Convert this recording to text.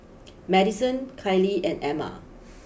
Madyson Kiley and Amma